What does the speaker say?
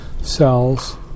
cells